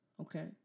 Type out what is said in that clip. Okay